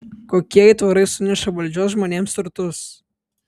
kokie aitvarai suneša valdžios žmonėms turtus